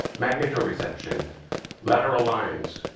magnetorecption, lateral lines?